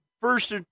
first